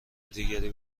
دیگری